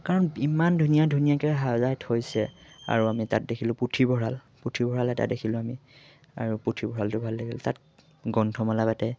কাৰণ ইমান ধুনীয়া ধুনীয়াকৈ সজাই থৈছে আৰু আমি তাত দেখিলোঁ পুথিভঁৰাল পুথিভঁৰাল এটা দেখিলোঁ আমি আৰু পুথিভঁৰালটো ভাল লাগিল তাত গ্ৰন্থমেলা পাতে